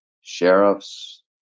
sheriffs